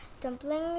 Dumplings